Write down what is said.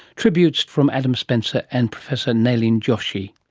tributes from adam spencer and professor nalini joshi